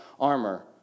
armor